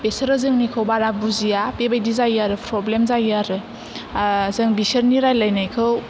बिसोरो जोंनिखौ बारा बुजिया बेबायदि जायो आरो फ्रब्लेम जायो आरो जों बिसोरनि रायलायनायखौ